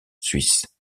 suisse